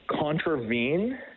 contravene